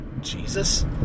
Jesus